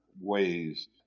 ways